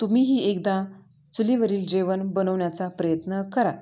तुम्हीही एकदा चुलीवरील जेवण बनवण्याचा प्रयत्न करा